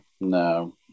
no